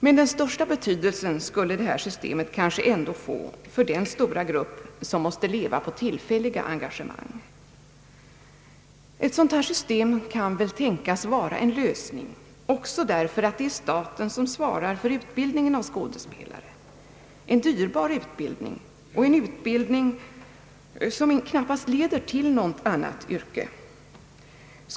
Men den största betydelsen skulle det här systemet kanske ändå få för den stora grupp, som måste leva på tillfälliga engagemang. Ett sådant här system kan väl tänkas vara en lösning också därför att det är staten, som svarar för utbildningen av skådespelare — en dyrbar utbild ning och en utbildning som ju knappast leder till något annat yrke.